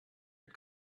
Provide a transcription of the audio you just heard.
had